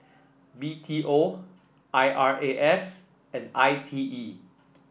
B T O I R A S and I T E